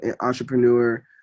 entrepreneur